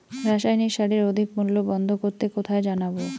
রাসায়নিক সারের অধিক মূল্য বন্ধ করতে কোথায় জানাবো?